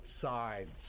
sides